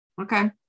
Okay